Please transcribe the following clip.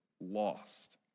lost